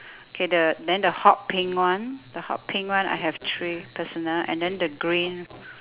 okay the then the hot pink one the hot pink one I have three personal and then the green